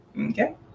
Okay